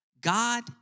God